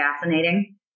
fascinating